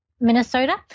minnesota